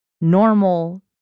normal